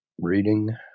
reading